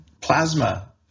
plasma